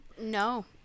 no